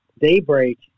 Daybreak